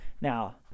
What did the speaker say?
Now